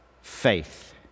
faith